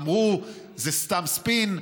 אמרו: זה סתם ספין,